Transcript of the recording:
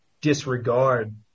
disregard